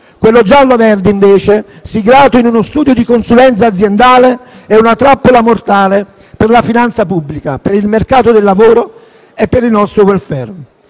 Quello gialloverde, invece, siglato in uno studio di consulenza aziendale, è una trappola mortale per la finanza pubblica, per il mercato del lavoro e per il nostro *welfare*.